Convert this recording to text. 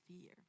fear